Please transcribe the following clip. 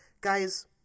guys